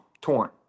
torn